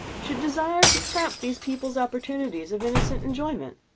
should desire to cramp these people's opportunities of innocent enjoyment.